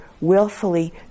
willfully